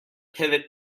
pivot